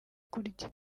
kurya